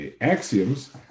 axioms